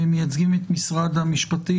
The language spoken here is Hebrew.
מייצגים את משרד המשפטים,